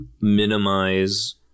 minimize